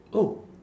oh